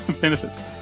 benefits